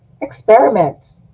experiment